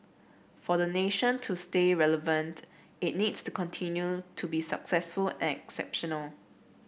for the nation to stay relevant it needs to continue to be successful and exceptional